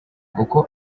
uko